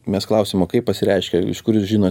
mes klausiam o kaip pasireiškia iš kur jūs žinot